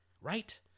Right